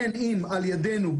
בין אם על ידינו,